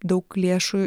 daug lėšų